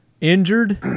injured